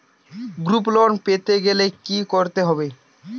Group loan পেতে গেলে কি করতে হবে?